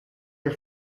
are